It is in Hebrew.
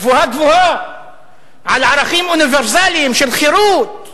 גבוהה-גבוהה על ערכים אוניברסליים של חירות,